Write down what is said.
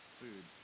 food